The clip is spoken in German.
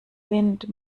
wind